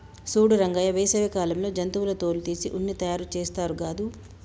సూడు రంగయ్య వేసవి కాలంలో జంతువుల తోలు తీసి ఉన్ని తయారుచేస్తారు గాదు